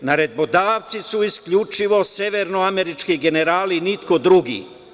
Naredbodavci su isključivo severnoamerički generali, niko drugi.